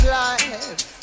life